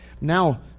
Now